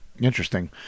Interesting